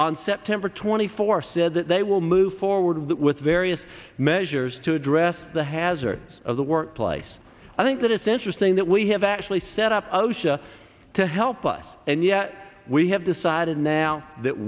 on september twenty fifth or said that they will move forward with various measures to address the hazards of the workplace i think that it's interesting that we have actually set up osha to help us and yet we have decided now that